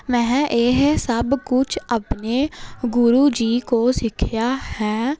ਮੈਂ ਇਹ ਸਭ ਕੁਛ ਆਪਣੇ ਗੁਰੂ ਜੀ ਕੋ ਸਿੱਖਿਆ ਹੈ